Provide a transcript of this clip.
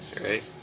right